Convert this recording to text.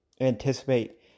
anticipate